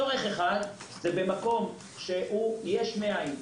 צורך אחד זה במקום שהוא יש מאין.